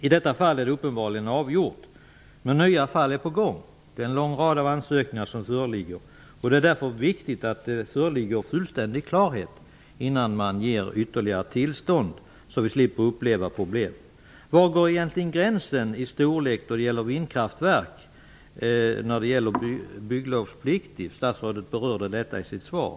I detta fall är ärendet uppenbarligen avgjort, men nya fall är på gång. Det föreligger en lång rad av ansökningar. Det är därför viktigt att det råder fullständig klarhet innan man ger ytterligare tillstånd, så att man slipper problem. Var går egentligen gränsen för storlek när det gäller vindkraftverk och bygglovsplikt? Statsrådet berörde detta i sitt svar.